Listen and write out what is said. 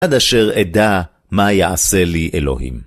עד אשר אדע מה יעשה לי אלוהים.